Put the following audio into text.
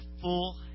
full